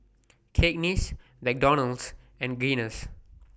Cakenis McDonald's and Guinness